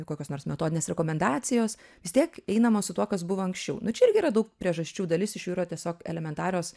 kokios nors metodinės rekomendacijos vis tiek einama su tuo kas buvo anksčiau nu čia irgi yra daug priežasčių dalis iš jų yra tiesiog elementarios